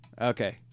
Okay